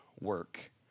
work